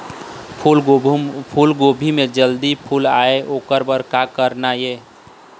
फूलगोभी म जल्दी फूल आय ओकर बर का करना ये?